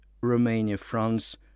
Romania-France